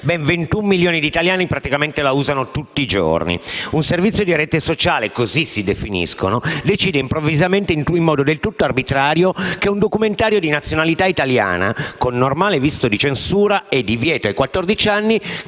Ben 21 milioni di italiani praticamente lo usano ogni giorno! Un servizio di rete sociale - così loro si definiscono - decide improvvisamente, in modo del tutto arbitrario, che un documentario di nazionalità italiana con normale visto di censura e divieto ai